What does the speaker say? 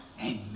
Amen